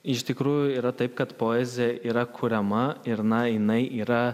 iš tikrųjų yra taip kad poezija yra kuriama ir na jinai yra